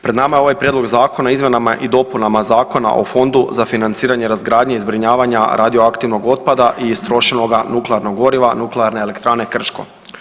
Pred nama je ovaj Prijedlog zakona o izmjenama i dopunama Zakona o Fondu za financiranje razgradnje i zbrinjavanja radioaktivnog otpada i istrošenoga nuklearnog goriva Nuklearne elektrane Krško.